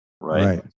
Right